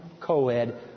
co-ed